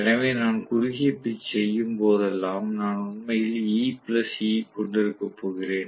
எனவே நான் குறுகிய பிட்ச் செய்யும் போதெல்லாம் நான் உண்மையில் E E கொண்டிருக்கப் போகிறேன்